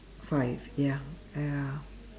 five ya ya